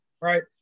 Right